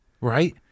Right